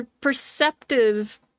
perceptive